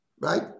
right